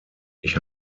ich